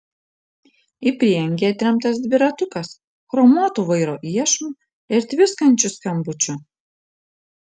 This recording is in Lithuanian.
į prieangį atremtas dviratukas chromuotu vairo iešmu ir tviskančiu skambučiu